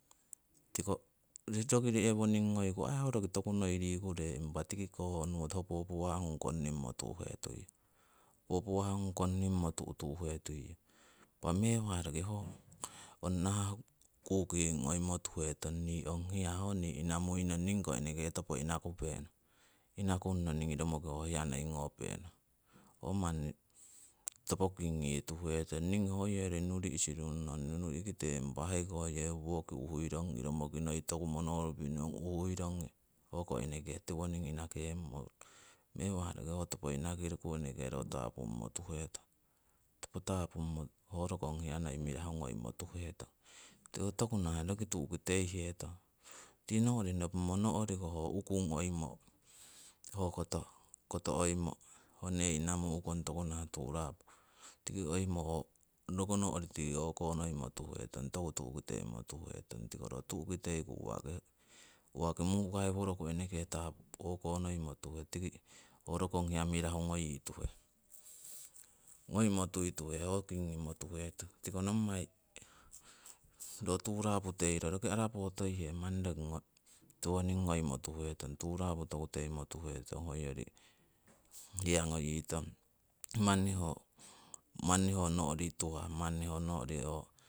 Tiko roki yewoning ngoiku aiho roki toku noi riku re impa tikiko honowo hopuhopuwah ngung kongnimmo tu'hetuiyong, hopuhopuwah ngung kongnimmo tu'tu'hetuiyong. Impa mewa roki ho ong nahah kuki ngoimo tuhetong, ni ong hiya ho nii inamui nong ningii ko eneke topo inakupenong, inakunno ningii romoki eneke ho hiya noi ngopenong. Ho manni topo kingituhetong, ningii ho hoyori nuri' sirung nong, nuri'kite impa hoi yewo woki uhuirongi, noi toku monorupi' nong uhuirongi hoko eneke tiwoning inakemmo, meya ho roki ho topo inakiriku eneke ro topummotuhetong. Topo tapummo ho rokong hiya noi mirahu ngoimotuhetong. Tiko toku nahah roki tu'ki teihetong tii no'ri nopimo no'riko ho ukung oimo, ho koto, koto oimo ho nee inamu'kong toku nahah turapo, tiki oimo ho rokono'ri tii o'konoimo tuhetong, toku tu'ki teimo tuhetong, tiko ro tu'ki teiku uwaki, uwaki mukaiworoku eneke tapu o'konoimotuhe tiki ho rokong hiya mirahu ngoyi tuhe. Ngoimo tuituhe ho kingimmo tuhetong, tiko nommai, ro turapo teiro roki arapo toihe. Manni roki tiwoning ngoimo tuhetong turapu toku teimo tuhetong hoyori hiya ngoyitong, manni ho, manni ho no'ri tuhah